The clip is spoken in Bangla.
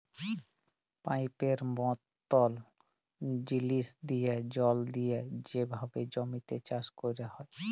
পাইপের মতল জিলিস দিঁয়ে জল দিঁয়ে যেভাবে জমিতে চাষ ক্যরা হ্যয়